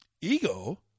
Ego